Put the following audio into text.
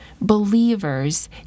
believers